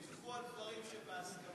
תלכו על דברים שבהסכמה.